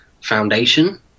foundation